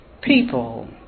People